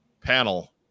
panel